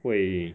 会